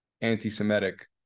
anti-Semitic